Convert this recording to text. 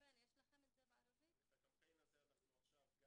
את הקמפיין הזה, אנחנו עכשיו גם